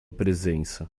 presença